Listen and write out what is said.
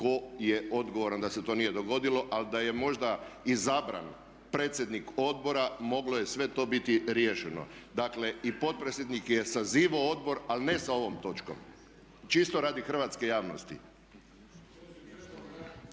tko je odgovoran da se to nije dogodilo, ali da je možda izabran predsjednik odbora moglo je sve to biti riješeno. Dakle i potpredsjednik je sazivao odbor, ali ne sa ovom točkom, čisto radi hrvatske javnosti.